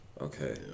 Okay